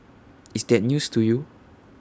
is that news to you